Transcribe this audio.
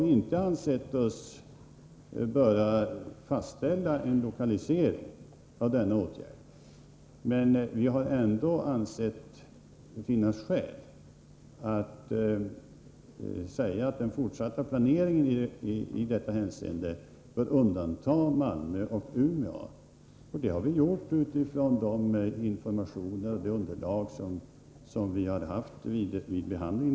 Vi har inte ansett det vara nödvändigt att fastställa en lokalisering i detta avseende. Vi har ändå funnit skäl att säga att den fortsatta planeringen i detta hänseende bör undanta Malmö och Umeå. Vi har skrivit så utifrån de informationer och det underlag som vi hade vid ärendets behandling.